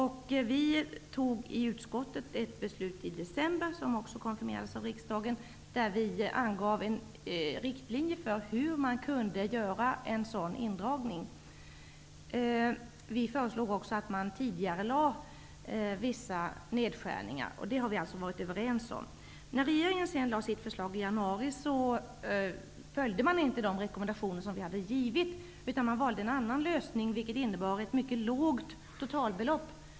I utskottet fattade vi ett beslut i december, som också konfirmerades av riksdagen, där vi angav riktlinjer för hur man kunde göra en sådan neddragning. Vi föreslog också att man skulle tidigarelägga vissa nedskärningar. Det har vi alltså varit överens om. När regeringen lade sitt förslag i januari följde man inte de rekommendationer som vi hade givit. Man valde en annan lösning som innebar ett mycket lågt totalbelopp.